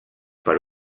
per